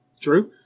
True